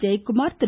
Jayakumar Thiru